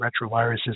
retroviruses